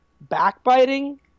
backbiting